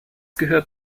gehört